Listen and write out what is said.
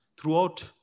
throughout